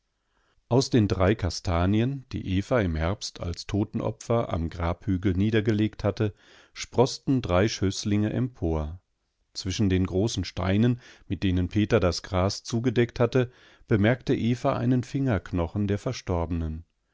aus den drei kastanien die eva im herbst als totenopfer am grabhügel niedergelegt hatte sproßten drei schößlinge empor zwischen den großen steinen mit denen peter das gras zugedeckt hatte bemerkte eva einen fingerknochen der verstorbenen